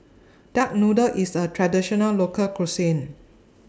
Duck Noodle IS A Traditional Local Cuisine